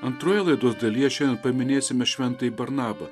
antroje laidos dalyje šiandien paminėsime šventąjį barnabą